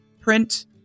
print